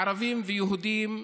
ערבים ויהודים,